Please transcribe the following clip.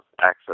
access